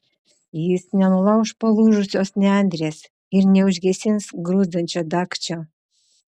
jis nenulauš palūžusios nendrės ir neužgesins gruzdančio dagčio